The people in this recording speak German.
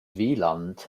wieland